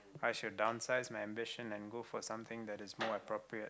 I should downsize my ambition and go for something that is more appropriate